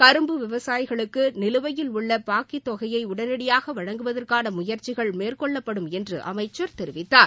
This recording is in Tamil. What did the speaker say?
கரும்பு விவசாயிகளுக்கு நிலுவையில் உள்ள பாக்கித் தொகையை உடனடியாக வழங்குவதற்கான முயற்சிகள் மேற்கொள்ளப்படும் என்று அமைச்சர் தெரிவித்தார்